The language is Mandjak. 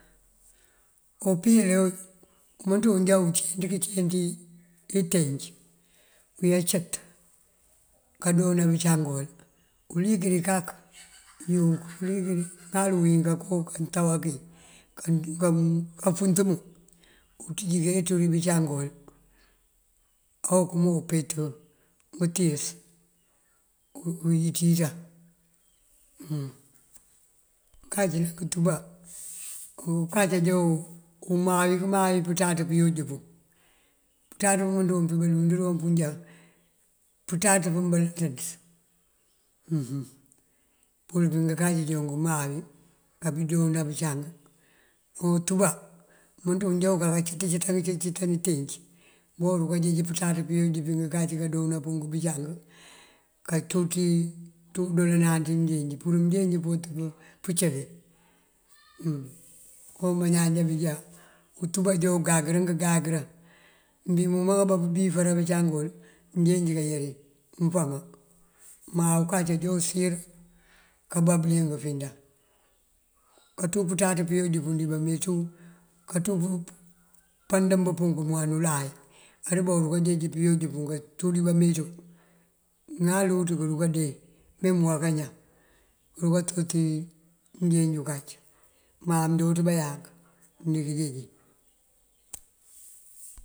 O umpíl umënţun unjá uncí ngí këncí ngí intenc, uyá cët kandoona bëncang wël. Ulinc ngí kak ŋal uwiŋ kanko kantawa kí kandun kakí afëtëmb unţí njí keenţúuri bëncang wul okëma umpet dël ngëntíis uwíţ uwíţan. Ngënkac ná ngëtúba, unkac ajá umay këmay pënţaţ pëyooj pun, pënţaţ pëmeent pun pël pí balund andonu já pënţaţ pëmbëlënţiţ uwúuwíţ uwíţan, pël pí ngëkac joon umayi kambí doona bëncang. O utúba umënţun ajá unduna kacët cëtan intenc ubá aruka jeej pënţaţ pëyooj pí ngënkac kandoona bëcang kanţú ţí undoolanan ţí mënjeenj pur mënjeenj pëwët pëncëli. Kon bañaan já bujá untúba ajá ungangërën këngangërën bí moob kabífëra bëncangan wël mënjeenj kajawi mëfama. Má unkac ajá useek kabá bëliyëng findan. Kanţú pënţaţ pëyooj pun dí bameeţú, kanţú pandëmb punk dí muwan ulay adumbá aruka jeej pëyooj pun kanţú dí bameţú. Ŋal muwáa kañan këruka toti mënjeenj unkac. Má mëndooţ bá yank mëndiŋ jeeji.